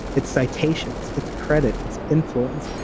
it's citations. it's credit. it's influence.